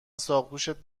ساقدوشت